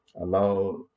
allow